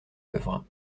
œuvre